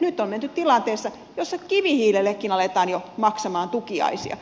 nyt on menty tilanteeseen jossa kivihiilellekin aletaan jo maksamaan tukiaisia